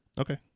Okay